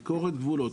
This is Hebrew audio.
ביקורת גבולות,